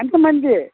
ఎంతమంది